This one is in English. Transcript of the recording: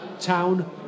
town